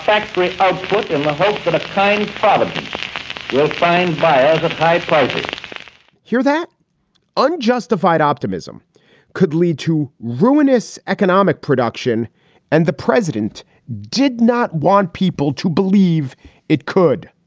factory output in the hope that a tiny problem will find via the pied piper here that unjustified optimism could lead to ruinous economic production and the president did not want people to believe it could.